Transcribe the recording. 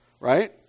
right